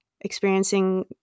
experiencing